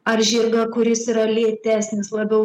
ar žirgą kuris yra lėtesnis labiau